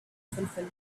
fulfill